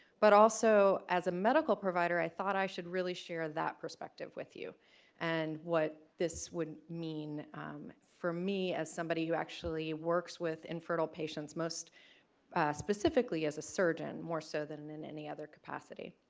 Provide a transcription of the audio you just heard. but also as a medical provider, i thought i should really share that perspective with you and what this would mean for me as somebody who actually works with infertile patients, most specifically as a surgeon more so than in any other capacity.